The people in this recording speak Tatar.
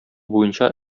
буенча